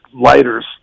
lighters